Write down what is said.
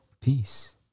peace